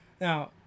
Now